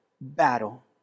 battle